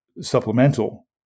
supplemental